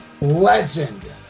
Legend